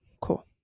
Cool